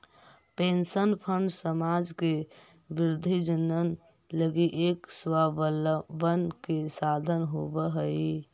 pension fund समाज के वृद्धजन लगी एक स्वाबलंबन के साधन होवऽ हई